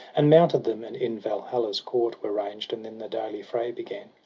and mounted them, and in valhalla's court were ranged and then the daily fray began.